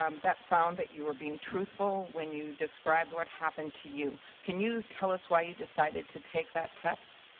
um found that you were being truthful when you described what happened to you. can you tell us why you decided to take that test?